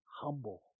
Humble